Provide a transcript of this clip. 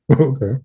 Okay